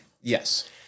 Yes